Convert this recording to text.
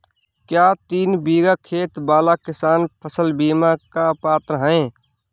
क्या तीन बीघा खेत वाला किसान फसल बीमा का पात्र हैं?